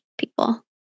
people